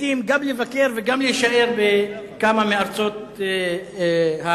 גם לבקר וגם להישאר בכמה מארצות המגרב,